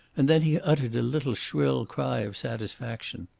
and then he uttered a little shrill cry of satisfaction.